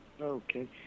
Okay